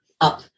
up